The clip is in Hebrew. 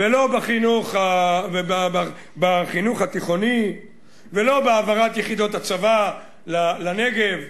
לא בחינוך התיכוני ולא בהעברת יחידות הצבא לנגב.